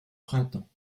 printemps